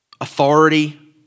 authority